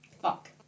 Fuck